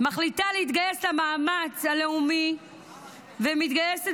מחליטה להתגייס למאמץ הלאומי ומתגייסת